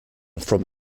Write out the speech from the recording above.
from